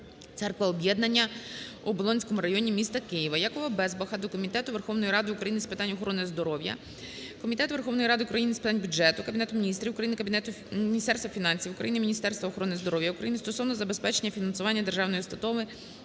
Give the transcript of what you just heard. "Церква Об'єднання" у Оболонському районі м. Києва". ЯковаБезбаха до Комітету Верховної Ради України з питань охорони здоров'я, Комітету Верховної Ради України з питань бюджету, Кабінету Міністрів України, Міністерства фінансів України, Міністерства охорони здоров'я України стосовно забезпечення фінансування Державної установи